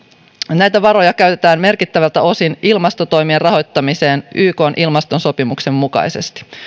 näitä varoja käytetään merkittävältä osin ilmastotoimien rahoittamiseen ykn ilmastosopimuksen mukaisesti